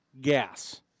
Gas